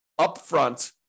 upfront